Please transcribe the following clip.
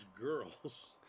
girls